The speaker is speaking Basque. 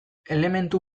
elementu